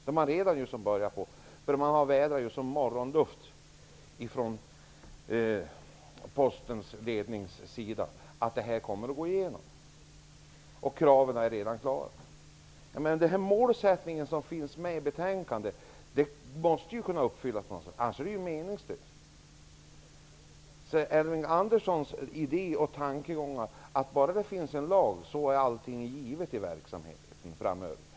Postens ledning har redan gått ut och talat om detta, eftersom man nu vädrar morgonluft inför att förslaget kommer att gå igenom. Kraven är redan klara. Den målsättning som det talas om i betänkandet måste ju kunna uppfyllas på något sätt, annars är det ju meningslöst att tala om den. Elving Andersson tänker sig att bara det finns en lag, är allting givet i verksamheten framöver.